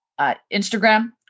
Instagram